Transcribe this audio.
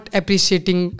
appreciating